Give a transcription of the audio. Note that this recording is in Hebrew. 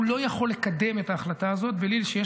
הוא לא יכול לקדם את ההחלטה הזאת בלי שיש